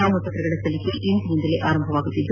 ನಾಮಪತ್ರಗಳ ಸಲ್ಲಿಕೆ ಇಂದಿನಿಂದಲೇ ಆರಂಭವಾಗುವುದು